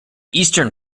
eastern